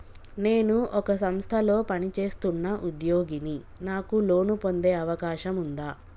నేను ఒక సంస్థలో పనిచేస్తున్న ఉద్యోగిని నాకు లోను పొందే అవకాశం ఉందా?